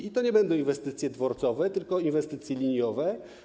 I to nie będą inwestycje dworcowe, tylko inwestycje liniowe.